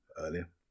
earlier